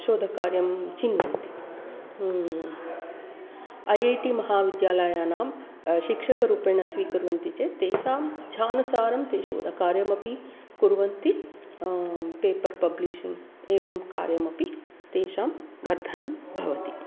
शोधकार्यं चिन्वन्ति ऐऐटि महविद्यालयानां शिक्षकरूपेण स्वीकुर्वन्ति चेत् तेषाम् इच्छानुसारं ते शोधकार्यमपि कुर्वन्ति पेपर् पब्लिशिङ्ग् एवं कार्यमपि तेषां वर्धनं भवति